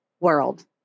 world